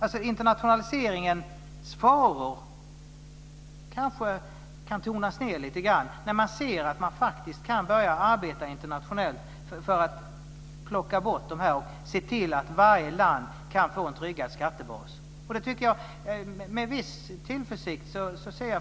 Internationaliseringens faror kanske kan tonas ned lite grann när man ser att man kan börja arbeta internationellt för att plocka bort och se till att varje land kan få en tryggad skattebas. Jag ser framtiden an med viss tillförsikt.